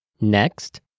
Next